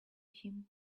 him